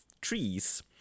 trees